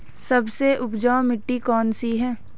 सबसे उपजाऊ मिट्टी कौन सी है?